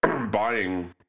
buying